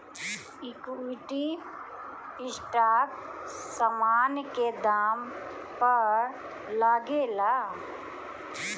equity stock समान के दाम पअ लागेला